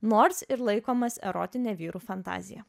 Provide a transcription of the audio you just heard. nors ir laikomas erotine vyrų fantazija